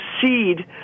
seed